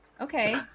Okay